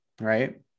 right